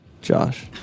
Josh